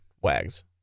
Wags